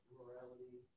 morality